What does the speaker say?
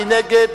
מי נגד?